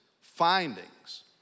findings